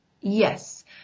Yes